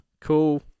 Cool